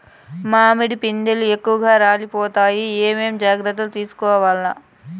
మామిడి పిందెలు ఎక్కువగా రాలిపోతాయి ఏమేం జాగ్రత్తలు తీసుకోవల్ల?